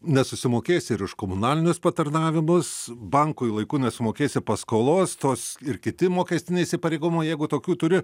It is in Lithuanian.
nesusimokėsi ir už komunalinius patarnavimus bankui laiku nesumokėsi paskolos tos ir kiti mokestiniai įsipareigojimai jeigu tokių turi